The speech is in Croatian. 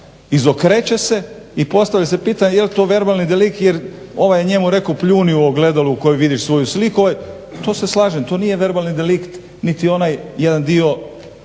Izokreće se i postavlja se pitanje jer to verbalni delikt jer ovaj je njemu rekao pljuni u ogledao u kojem vidiš svoju sliku, to se slažem to nije verbalni delikt niti onaj dio